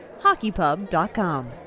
HockeyPub.com